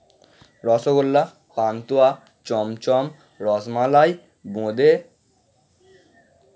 rasgulla pantua chamcham rasmalai বোঁদে